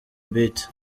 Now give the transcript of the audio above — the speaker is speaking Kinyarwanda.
beat